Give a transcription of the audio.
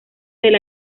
del